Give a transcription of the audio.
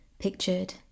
Pictured